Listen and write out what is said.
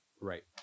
Right